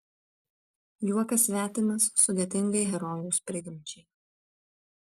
juokas svetimas sudėtingai herojaus prigimčiai